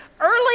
Early